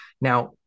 Now